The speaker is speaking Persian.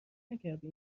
نکردی